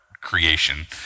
creation